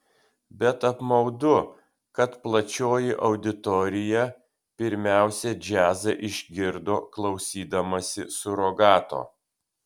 bet apmaudu kad plačioji auditorija pirmiausia džiazą išgirdo klausydamasi surogato